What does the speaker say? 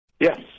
Yes